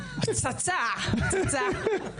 פצצה, פצצה,